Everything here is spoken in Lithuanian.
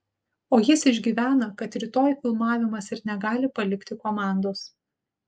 o jis išgyvena kad rytoj filmavimas ir negali palikti komandos